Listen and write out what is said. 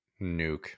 Nuke